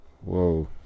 Whoa